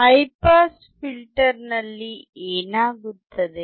high pass ಫಿಲ್ಟರ್ನಲ್ಲಿ ಏನಾಗುತ್ತದೆ